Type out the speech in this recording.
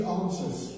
answers